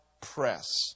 press